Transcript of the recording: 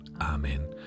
Amen